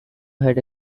had